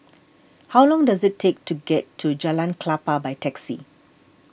how long does it take to get to Jalan Klapa by taxi